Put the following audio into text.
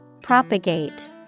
Propagate